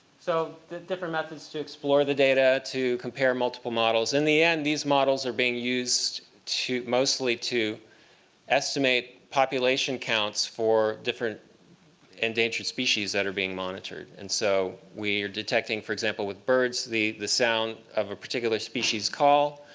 so the different methods to explore the data, to compare multiple models. in the end these models are being used mostly to estimate population counts for different endangered species that are being monitored. and so we are detecting, for example, with birds, the the sound of a particular species' call,